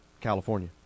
California